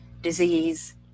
disease